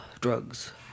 drugs